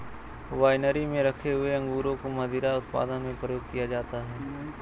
winery में रखे हुए अंगूरों को मदिरा उत्पादन में प्रयोग किया जाता है